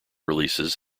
releases